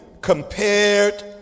compared